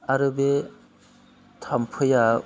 आरो बे थाम्फैया